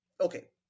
Okay